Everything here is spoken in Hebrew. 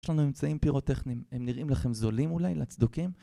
יש לנו אמצעים פירוטכנים, הם נראים לכם זולים אולי, לצדוקים?